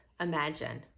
Imagine